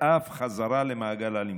ואף חזרה למעגל האלימות.